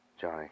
Johnny